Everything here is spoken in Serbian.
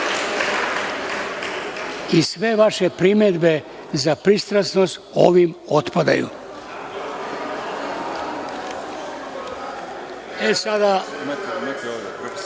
i sve vaše primedbe za pristrasnost ovim otpadaju. Reč ima